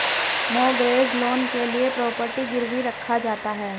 mortgage loan के लिए property गिरवी रखा जाता है